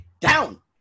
down